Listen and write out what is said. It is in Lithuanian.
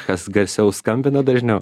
kas garsiau skambina dažniau